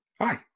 Hi